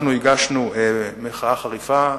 אנחנו הגשנו מחאה חריפה.